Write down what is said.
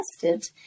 tested